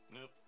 nope